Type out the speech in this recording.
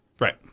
Right